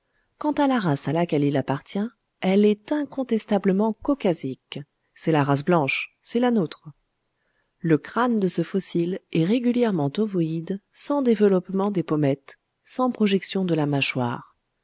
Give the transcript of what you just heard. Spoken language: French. quant à la race à laquelle il appartient elle est incontestablement caucasique c'est la race blanche c'est la nôtre le crâne de ce fossile est régulièrement ovoïde sans développement des pommettes sans projection de la mâchoire